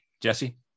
Jesse